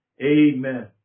amen